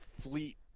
fleet